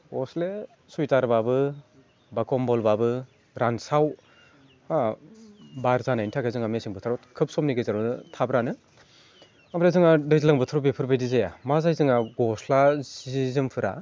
गस्लाया सुइटारब्लाबो बा खम्बलब्लाबो रानसाव बा बार जानायनि थाखायनो जोंहा मेसें बोथोराव खोब समनि गेजेरावनो थाब रानो ओमफ्राय जोंहा दैज्लां बोथोराव बेफोरबायदि जाया मा जायो जोंहा गस्ला जि जोमफोरा